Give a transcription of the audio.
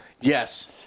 Yes